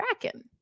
Kraken